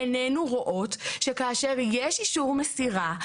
עינינו רואות שכאשר יש אישור מסירה,